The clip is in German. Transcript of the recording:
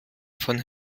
von